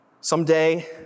Someday